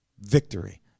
victory